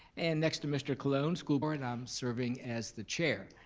and next to mr. colon, school board, i'm serving as the chair.